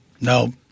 No